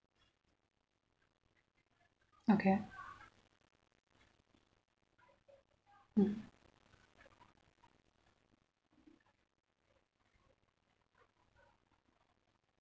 okay mm